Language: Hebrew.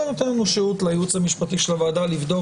זה נותן שהות לייעוץ המשפטי של הוועדה לבדוק